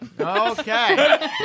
Okay